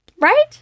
Right